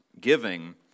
giving